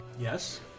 Yes